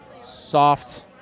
soft